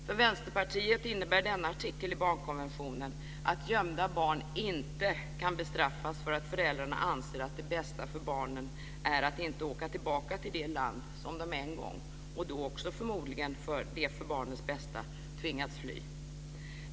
För Vänsterpartiet innebär denna artikel i barnkonventionen att gömda barn inte kan bestraffas för att föräldrarna anser att det bästa för barnen är att inte åka tillbaka till det land som de en gång, och då också förmodligen för barnens bästa, tvingats fly från.